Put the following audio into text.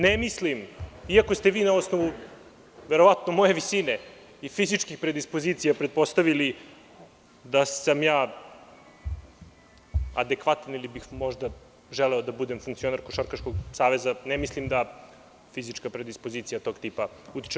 Ne mislim, iako ste vi na osnovu moje visine i fizičke predispozicije pretpostavili da sam ja adekvatan ili bih možda želeo da budem funkcioner Košarkaškog saveza Srbije, ne mislim da fizička predispozicija utiče tog tipa.